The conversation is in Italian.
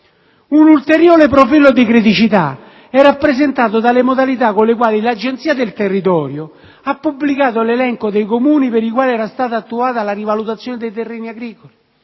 Un ulteriore profilo di criticità è rappresentato dalle modalità con le quali l'Agenzia del territorio ha pubblicato l'elenco dei Comuni per i quali era stata attuata la rivalutazione dei redditi agricoli.